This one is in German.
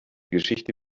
geschichte